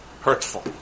hurtful